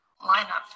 lineup